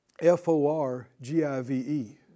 F-O-R-G-I-V-E